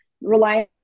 relying